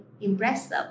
impressive